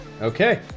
Okay